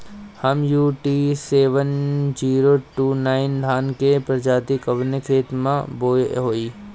MUT seven zero two nine धान के प्रजाति कवने खेत मै बोआई होई?